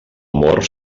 amor